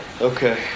Okay